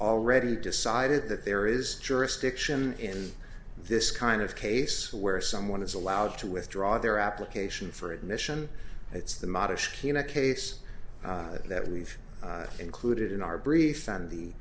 already decided that there is jurisdiction in this kind of case where someone is allowed to withdraw their application for admission it's the modish in a case that we've included in our brief